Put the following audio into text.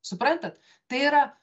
suprantat tai yra